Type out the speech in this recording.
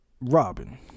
robin